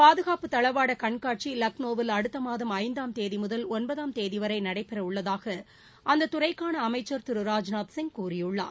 பாதுகாப்பு தளவாட கண்காட்சி லக்னோவில் அடுத்த மாதம் ஐந்தாம் தேதி முதல் ஒன்பதாம் தேதி வரை நடைபெறவுள்ளதாக அந்த துறைக்கான அமைச்சர் திரு ராஜ்நாத் சிங் கூறியுள்ளார்